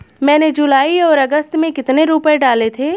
मैंने जुलाई और अगस्त में कितने रुपये डाले थे?